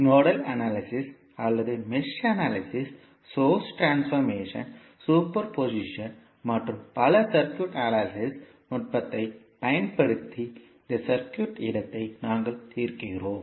nodal analysis அல்லது mesh analysis source transform superposition மற்றும் பல சர்க்யூட் அனாலிசிஸ் நுட்பத்தைப் பயன்படுத்தி இந்த சர்க்யூட் இடத்தை நாங்கள் தீர்க்கிறோம்